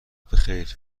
بخیر